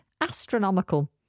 astronomical